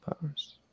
powers